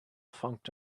funked